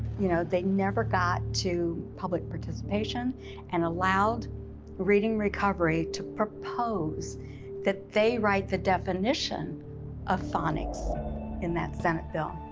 you know they never got to public participation and allowed reading recovery to propose that they write the definition of phonics in that senate bill,